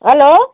hello